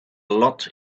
lot